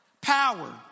Power